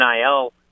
NIL